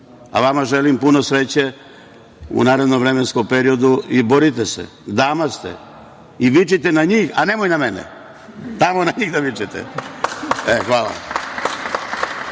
a vama želim puno sreće u narednom vremenskom periodu i borite se. Dama ste i vičite na njih, a nemojte na mene. Tamo na njih da vičete. Hvala.